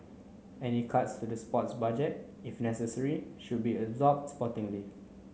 any cuts to the sports budget if necessary should be absorbed sportingly